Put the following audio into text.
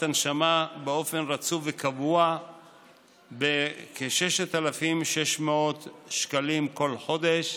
הנשמה באופן רצוף וקבוע בכ-6,600 שקלים בכל חודש,